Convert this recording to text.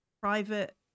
private